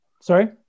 Sorry